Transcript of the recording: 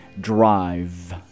drive